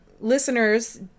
listeners